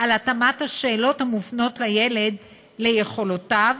על התאמת השאלות המופנות לילד ליכולותיו,